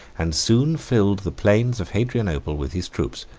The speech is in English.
and soon filled the plains of hadrianople with his troops,